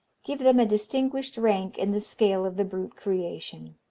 give them a distinguished rank in the scale of the brute creation.